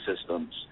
systems